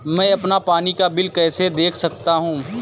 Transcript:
मैं अपना पानी का बिल कैसे देख सकता हूँ?